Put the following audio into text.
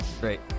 Great